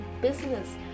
business